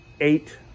eight